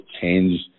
change